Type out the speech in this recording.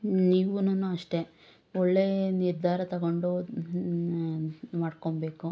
ನೀವುನೂ ಅಷ್ಟೇ ಒಳ್ಳೆ ನಿರ್ಧಾರ ತೊಗೊಂಡು ಮಾಡ್ಕೊಳ್ಬೇಕು